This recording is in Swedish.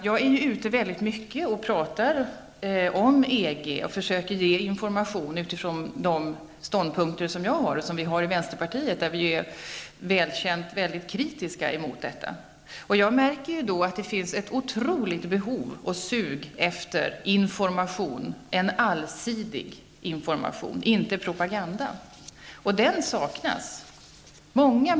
Jag är ofta ute och talar om EG och försöker då ge information utifrån de ståndpunkter som jag och vi i vänsterpartiet har. Det är väl känt att vi är väldigt kritiskt inställda till EG. Jag har märkt att det finns ett otroligt behov av och sug efter information -- en allsidig information, inte propaganda. En sådan information saknas.